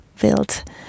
built